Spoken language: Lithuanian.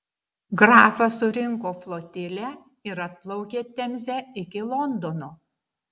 grafas surinko flotilę ir atplaukė temze iki londono